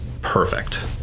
perfect